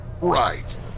Right